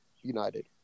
United